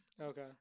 Okay